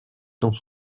dans